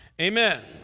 Amen